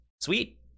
sweet